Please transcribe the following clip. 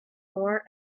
more